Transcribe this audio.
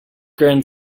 grown